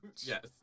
Yes